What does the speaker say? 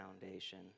foundation